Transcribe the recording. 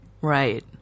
right